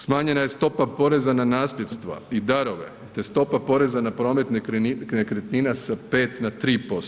Smanjena je stopa poreza na nasljedstva i darove te stopa poreza na promet nekretnina sa 5 na 3%